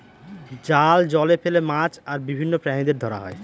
জাল জলে ফেলে মাছ আর বিভিন্ন প্রাণীদের ধরা হয়